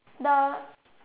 the